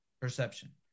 Perception